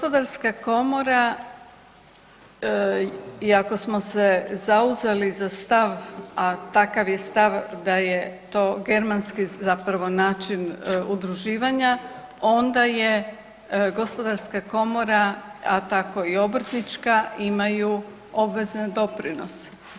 Gospodarska komora i ako smo se zauzeli za stav, a takav je stav da je to germanski zapravo način udruživanja onda je gospodarska komora, a tako i obrtnička imaju obvezne doprinose.